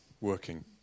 working